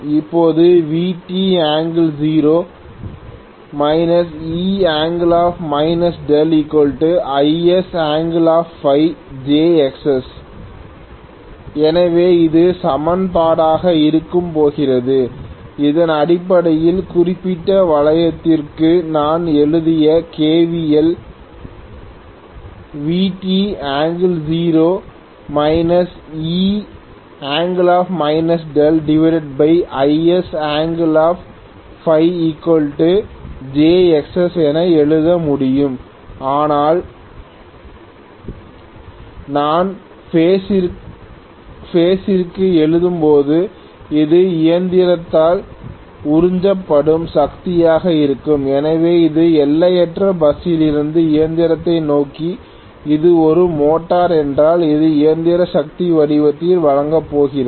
இப்போது Vt0 E IsΦ எனவே இது சமன்பாடாக இருக்கப்போகிறது இது அடிப்படையில் குறிப்பிட்ட வளையத்திற்கு நான் எழுதிய KVL Vt0 E IsjXs என எழுத முடியும் ஆனால் நான் ஒரு பேஸ் ற்கு எழுதும்போது இது இயந்திரத்தால் உறிஞ்சப்படும் சக்தியாக இருக்கும் எனவே இது எல்லையற்ற பஸ் ஸிலிருந்து இயந்திரத்தை நோக்கி அது ஒரு மோட்டார் என்றால் அது இயந்திர சக்தி வடிவத்தில் வழங்கப் போகிறது